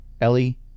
Ellie